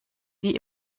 die